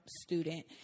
student